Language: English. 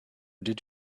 did